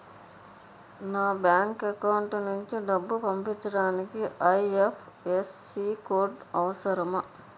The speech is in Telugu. నా బ్యాంక్ అకౌంట్ నుంచి డబ్బు పంపించడానికి ఐ.ఎఫ్.ఎస్.సి కోడ్ అవసరమా?